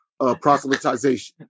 proselytization